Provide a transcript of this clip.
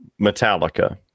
Metallica